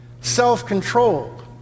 self-control